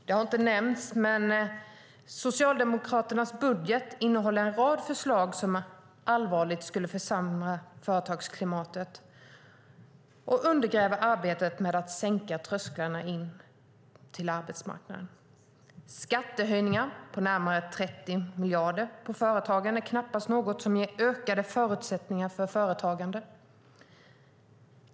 Det har inte nämnts, men Socialdemokraternas budget innehåller en rad förslag som allvarligt skulle försämra företagsklimatet och undergräva arbetet med att sänka trösklarna in till arbetsmarknaden. Skattehöjningar på närmare 30 miljarder för företagen är knappast något som ger ökade förutsättningar för företagande.